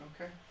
Okay